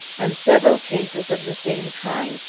and several cases of the same kind,